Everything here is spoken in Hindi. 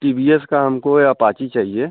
टी वी एस का हमको अपाची चाहिए